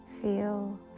Feel